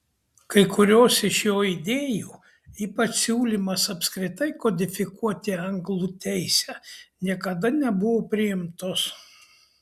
kai kurios iš jo idėjų ypač siūlymas apskritai kodifikuoti anglų teisę niekada nebuvo priimtos